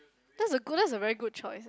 that's a good that's a very good choice